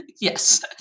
Yes